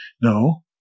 No